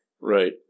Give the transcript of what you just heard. Right